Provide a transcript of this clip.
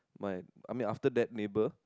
my I mean after that neighbour